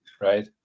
right